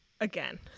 again